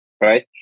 Right